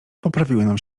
poprawiły